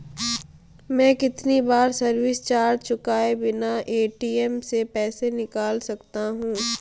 मैं कितनी बार सर्विस चार्ज चुकाए बिना ए.टी.एम से पैसे निकाल सकता हूं?